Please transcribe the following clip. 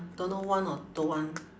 don't know want or don't want